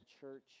church